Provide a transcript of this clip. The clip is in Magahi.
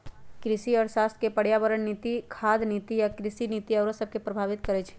कृषि अर्थशास्त्र पर्यावरण नीति, खाद्य नीति आ कृषि नीति आउरो सभके प्रभावित करइ छै